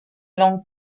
langue